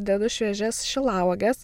dedu šviežias šilauoges